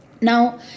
Now